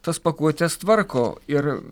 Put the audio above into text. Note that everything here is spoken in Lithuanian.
tas pakuotes tvarko ir